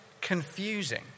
confusing